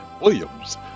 Williams